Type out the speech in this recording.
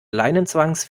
leinenzwangs